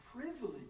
privilege